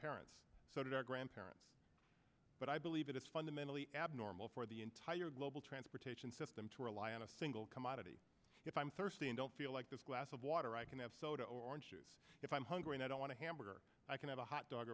parents so did our grandparents but i believe it is fundamentally abnormal for the entire global transportation system to rely on a single commodity if i'm thirsty and don't feel like this glass of water i can of soda orange juice if i'm hungry and i don't want to hamburger i can have a hot dog